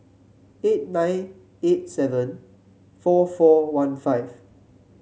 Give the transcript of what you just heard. eight nine eight seven four four one five